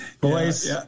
boys